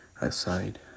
Aside